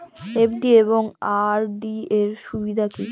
FD এবং RD এর সুবিধা কী?